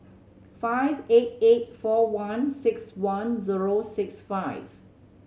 five eight eight four one six one zero six five